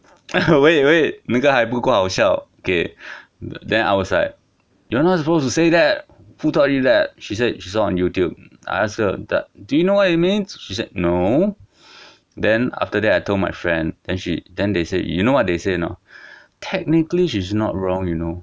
wait wait 那个还不够好笑 okay then I was like you're not supposed to say that who taught you that she said she saw on youtube I ask her do~ do you know what it means she said no then after that I told my friend then she then they say you know what they or not technically she's not wrong you know